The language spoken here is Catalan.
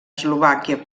eslovàquia